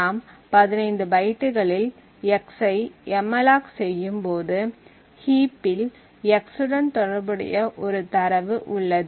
நாம் 15 பைட்டுகளில் x ஐ எம்மலாக் செய்யும் போது ஹீப்பில் x உடன் தொடர்புடைய ஒரு தரவு உள்ளது